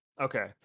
okay